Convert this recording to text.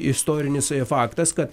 istorinis faktas kad